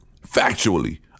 Factually